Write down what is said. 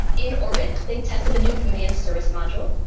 in orbit, they tested the new command service module,